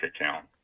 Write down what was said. account